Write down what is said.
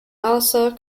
also